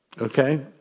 Okay